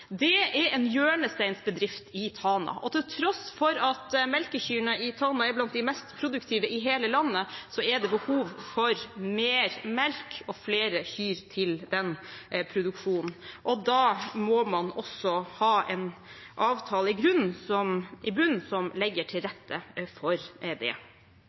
Det er en hjørnesteinsbedrift i Tana, og til tross for at melkekyrne i Tana er blant de mest produktive i hele landet, er det behov for mer melk og flere kyr til den produksjonen. Da må man også ha en avtale i bunnen som legger til rette for